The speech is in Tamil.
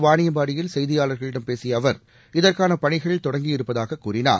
வாணியம்பாடியில் செய்தியாளர்களிடம் பேசிய அவர் இதற்கான பணிகள் நேற்று தொடங்கியிருப்பதாக கூறினார்